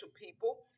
people